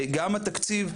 גם התקציב,